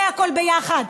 בכול יחד.